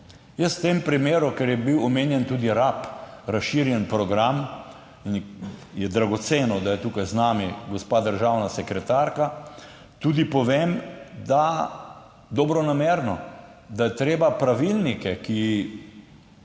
Jaz v tem primeru, ker je bil omenjen tudi RaP, razširjeni program, in je dragoceno, da je tukaj z nami gospa državna sekretarka, tudi povem dobronamerno, da je treba pravilnike, ki